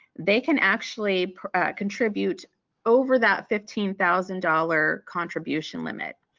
they can actually contribute over that fifteen thousand dollar contribution limit.